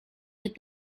with